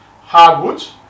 hardwoods